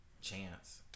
chance